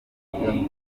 mukundira